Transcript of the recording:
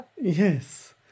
yes